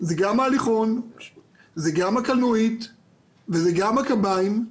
זה גם ההליכון וגם הקלנועית וגם הקביים,